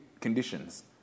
conditions